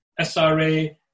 SRA